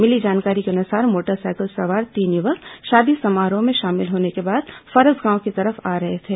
मिली जानकारी के अनुसार मोटरसाइकिल सवार तीन युवक शादी समारोह में शामिल होने के बाद फरसगांव की तरफ आ रहे थे